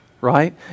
right